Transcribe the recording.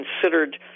considered